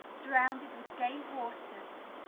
surrounded with gay worsteds,